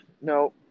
no